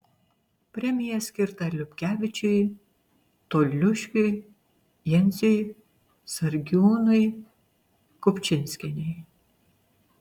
premija skirta liupkevičiui toliušiui jenciui sargiūnui kupčinskienei